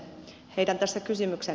heitän tässä kysymyksen